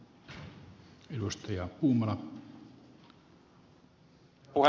herra puhemies